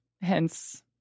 hence